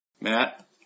Matt